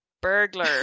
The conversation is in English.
Burglar